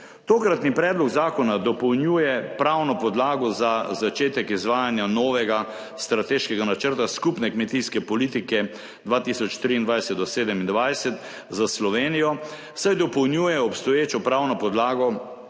Tokratni predlog zakona dopolnjuje pravno podlago za začetek izvajanja novega strateškega načrta skupne kmetijske politike 2023-2027 za Slovenijo, saj dopolnjuje obstoječo pravno podlago